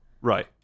Right